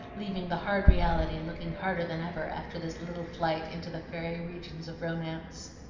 leaving the hard reality looking harder than ever, after this little flight into the fairy regions of romance.